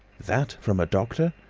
that from a doctor!